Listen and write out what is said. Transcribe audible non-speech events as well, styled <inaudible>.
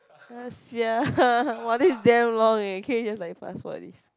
ah sia <laughs> !wah! this is damn long eh can we just like fast forward this